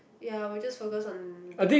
ya I will just focus on dan~